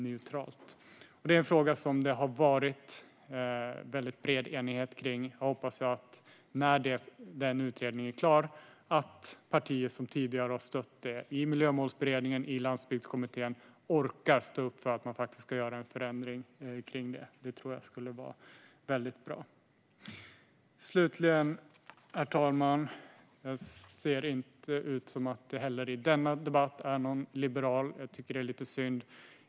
Detta är en fråga som det har rått bred enighet om, och när utredningen är klar hoppas jag att de partier som har stött detta i Miljömålsberedningen och Landsbygdskommittén orkar stå upp för att vi ska göra en förändring av detta. Det tror jag skulle vara väldigt bra. Slutligen, herr talman, konstaterar jag att det inte heller i denna debatt ser ut att vara någon liberal med. Jag tycker att det är lite synd.